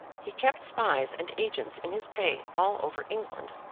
he kept spies and agents in his pay all over england.